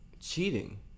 cheating